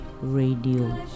Radio